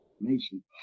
Nation